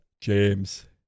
James